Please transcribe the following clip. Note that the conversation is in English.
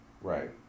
right